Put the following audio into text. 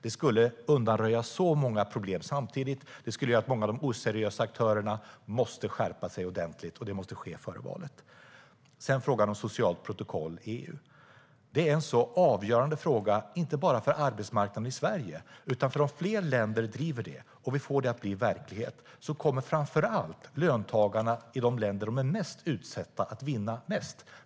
Det skulle undanröja så många problem samtidigt, och det skulle göra att många av de oseriösa aktörerna måste skärpa sig ordentligt. Det måste ske före valet. Frågan om socialt protokoll i EU är en avgörande fråga inte bara för arbetsmarknaden i Sverige. Om fler länder driver detta och vi får det att bli verklighet kommer framför allt löntagarna i de länder som är de mest utsatta att vinna mest.